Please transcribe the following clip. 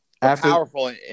powerful